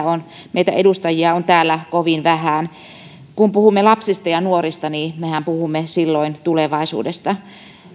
meitä edustajia on täällä kovin vähän kun puhumme lapsista ja nuorista niin mehän puhumme silloin tulevaisuudesta